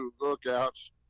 Lookouts